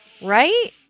Right